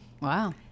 Wow